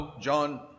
John